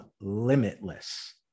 limitless